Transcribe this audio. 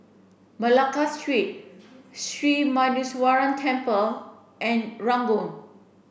Malacca Street Sri Muneeswaran Temple and Ranggung